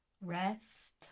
Rest